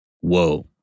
Whoa